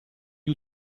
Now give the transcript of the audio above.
gli